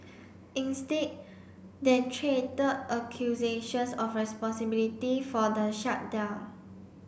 instead they traded accusations of responsibility for the shutdown